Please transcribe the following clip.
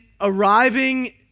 arriving